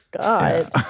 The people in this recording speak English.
God